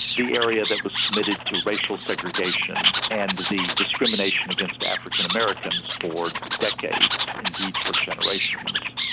the area that was committed to racial segregation and the discrimination against african-americans for decades, indeed for generations,